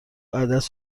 عدس